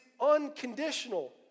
unconditional